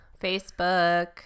facebook